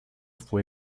fue